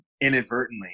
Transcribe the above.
inadvertently